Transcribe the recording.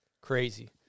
crazy